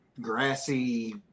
grassy